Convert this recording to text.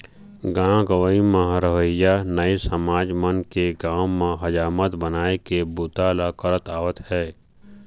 गाँव गंवई म रहवइया नाई समाज मन के गाँव म हजामत बनाए के बूता ल करत आवत हे